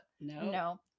no